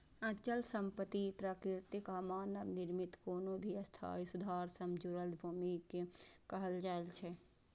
अचल संपत्ति प्राकृतिक या मानव निर्मित कोनो भी स्थायी सुधार सं जुड़ल भूमि कें कहल जाइ छै